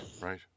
right